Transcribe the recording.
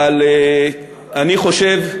אבל אני חושב,